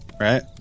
Right